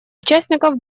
участников